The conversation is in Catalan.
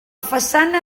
façana